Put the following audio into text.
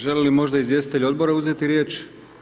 Žele li možda izvjestitelji odbora uzeti riječ?